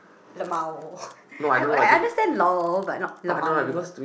lmao I I understand lol but not lmao